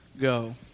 go